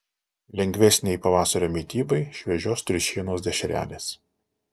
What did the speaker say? lengvesnei pavasario mitybai šviežios triušienos dešrelės